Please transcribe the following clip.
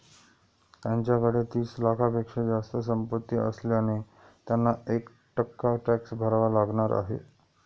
त्यांच्याकडे तीस लाखांपेक्षा जास्त संपत्ती असल्याने त्यांना एक टक्का टॅक्स भरावा लागणार आहे